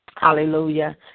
Hallelujah